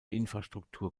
infrastruktur